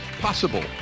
possible